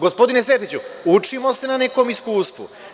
Gospodine Sertiću, učimo se na nekom iskustvu.